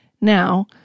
Now